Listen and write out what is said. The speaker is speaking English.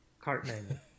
Cartman